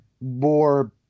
more